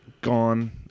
gone